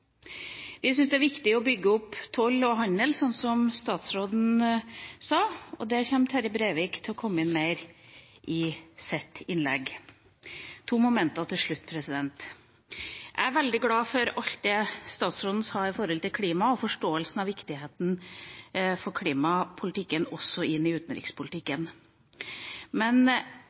det er viktig å bygge opp toll og handel, sånn som statsråden sa, og det kommer Terje Breivik til å komme mer inn på i sitt innlegg. Jeg tar med to momenter til slutt. Jeg er veldig glad for alt det statsråden sa når det gjaldt klima, og for forståelsen av viktigheten av å få klimapolitikken også inn i utenrikspolitikken. Men